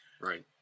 Right